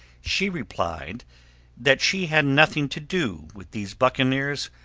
she replied that she had nothing to do with these buccaneers,